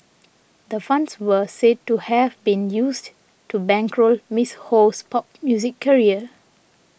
the funds were said to have been used to bankroll Miss Ho's pop music career